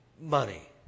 money